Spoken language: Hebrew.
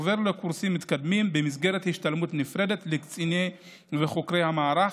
עובר לקורסים מתקדמים במסגרת השתלמות נפרדת לקציני וחוקרי המערך,